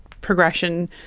progression